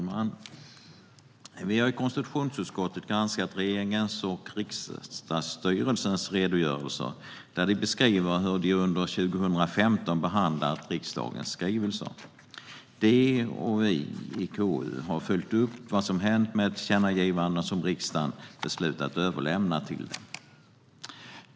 Herr talman! Vi i konstitutionsutskottet har granskat regeringens och riksdagsstyrelsens redogörelser, i vilka de beskriver hur de under år 2015 har behandlat riksdagens skrivelser. De och vi i KU har följt upp vad som hänt med de tillkännagivanden som riksdagen har beslutat att överlämna.